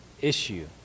issue